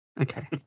okay